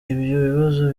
bibazo